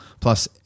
plus